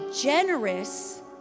generous